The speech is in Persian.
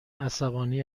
عصبانی